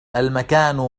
المكان